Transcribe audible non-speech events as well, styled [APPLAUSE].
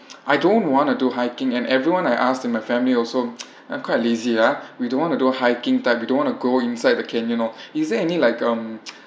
[NOISE] I don't want to do hiking and everyone I asked in my family also [NOISE] I'm quite lazy lah we don't want to do hiking type we don't want to go inside the canyon oh is there any like um